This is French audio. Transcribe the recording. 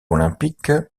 olympique